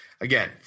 Again